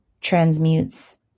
transmutes